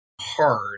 hard